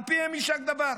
על פיהם יישק דבר?